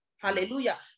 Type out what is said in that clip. hallelujah